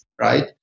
right